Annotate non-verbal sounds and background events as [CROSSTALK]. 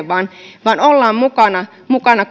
[UNINTELLIGIBLE] vaan vaan ollaan mukana mukana [UNINTELLIGIBLE]